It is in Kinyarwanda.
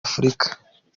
afurika